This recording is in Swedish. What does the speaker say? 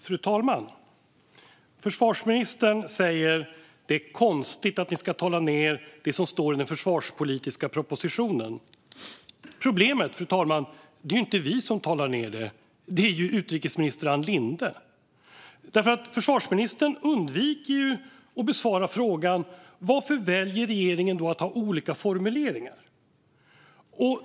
Fru talman! Försvarsministern säger att det är konstigt att vi ska tala ned det som står i den försvarspolitiska propositionen. Problemet är att det inte är vi som talar ned det utan utrikesminister Ann Linde. Försvarsministern undviker att besvara frågan varför regeringen väljer att ha olika formuleringar.